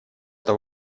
это